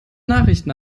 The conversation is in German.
nachrichten